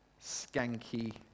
skanky